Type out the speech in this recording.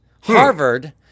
Harvard